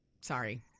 Sorry